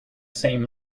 same